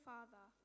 Father